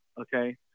okay